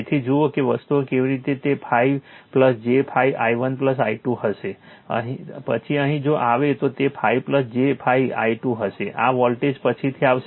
તેથી જુઓ કે વસ્તુઓ કેવી છે તે 5 j 5 i1 i2 હશે પછી અહીં જો આવશે તો તે 5 j 5 i2 હશે આ વોલ્ટેજ પછીથી આવશે